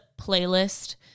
playlist